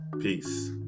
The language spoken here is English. Peace